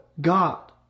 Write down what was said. God